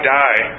die